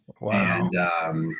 Wow